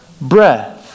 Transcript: breath